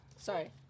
Sorry